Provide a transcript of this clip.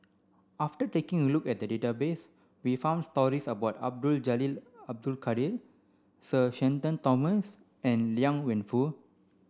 after taking a look at the database we found stories about Abdul Jalil Abdul Kadir Sir Shenton Thomas and Liang Wenfu